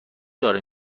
داره